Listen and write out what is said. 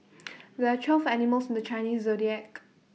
there are twelve animals in the Chinese Zodiac